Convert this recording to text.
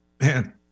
man